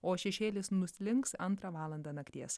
o šešėlis nuslinks antrą valandą nakties